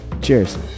Cheers